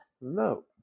No